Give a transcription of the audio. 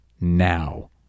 now